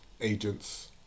agents